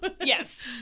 yes